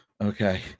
Okay